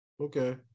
Okay